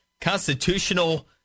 constitutional